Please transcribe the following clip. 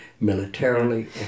militarily